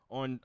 on